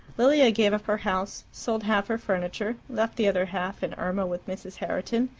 lilia gave up her house, sold half her furniture, left the other half and irma with mrs. herriton,